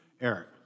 Eric